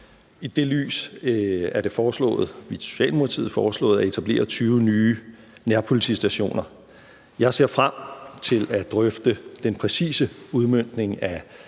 side foreslået at etablere 20 nye nærpolitistationer. Jeg ser frem til at drøfte den præcise udmøntning af